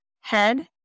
head